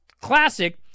classic